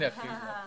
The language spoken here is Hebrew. תודה.